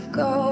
go